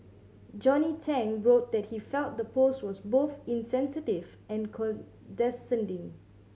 Johnny Tang wrote that he felt the post was both insensitive and condescending